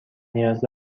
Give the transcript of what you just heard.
نیاز